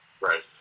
Right